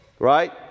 Right